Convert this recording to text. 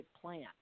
plant